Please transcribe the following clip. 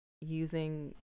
using